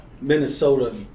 Minnesota